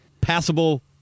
passable